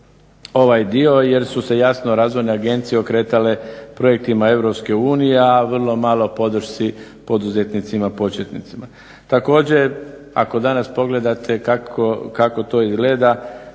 ovaj dio jer su se jasno razvojne agencije okretala projektima EU, a vrlo malo podršci poduzetnicima početnicima. Također, ako danas pogledate kako to izgleda,